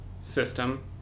system